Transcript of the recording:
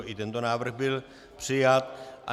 I tento návrh byl přijat.